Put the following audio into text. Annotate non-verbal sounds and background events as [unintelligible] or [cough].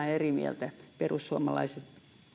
[unintelligible] eri mieltä